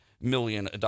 million